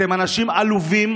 אתם אנשים עלובים,